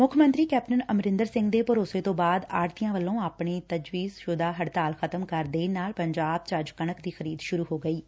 ਮੁੱਖ ਮੰਤਰੀ ਕੈਪਟਨ ਅਮਰਿੰਦਰ ਸਿੰਘ ਦੇ ਭਰੋਸੇ ਤੋਂ ਬਾਅਦ ਆੜੁਤੀਆਂ ਵੱਲੋਂ ਆਪਣੀ ਤਜਵੀਜ਼ਸੁਦਾ ਹੜਤਾਲ ਖਤਮ ਕਰ ਦੇਣ ਨਾਲ ਪੰਜਾਬ ਵਿਚ ਅੱਜ ਕਣਕ ਦੀ ਖਰੀਦ ਸ਼ੁਰੁ ਹੋ ਗਈ ਏ